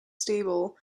stable